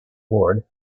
ward